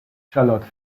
charlotte